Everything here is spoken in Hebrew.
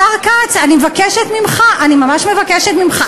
השר כץ, אני ממש מבקשת ממך, אני ממש מבקשת ממך.